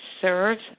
serves